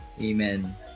Amen